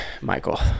Michael